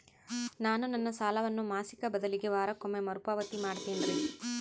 ನಾನು ನನ್ನ ಸಾಲವನ್ನು ಮಾಸಿಕ ಬದಲಿಗೆ ವಾರಕ್ಕೊಮ್ಮೆ ಮರುಪಾವತಿ ಮಾಡ್ತಿನ್ರಿ